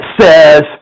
says